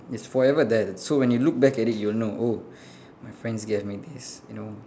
it's forever there so when you look back at it you will know oh my friends gave me this you know